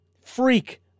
Freak